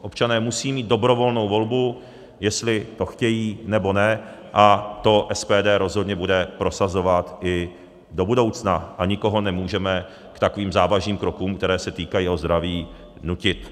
Občané musí mít dobrovolnou volbu, jestli to nechtějí, nebo ne, a to SPD rozhodně bude prosazovat i do budoucna a nikoho nemůžeme k takovým závažným krokům, které se týkají jeho zdraví, nutit.